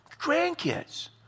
grandkids